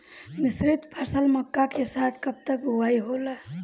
मिश्रित फसल मक्का के साथ कब तक बुआई होला?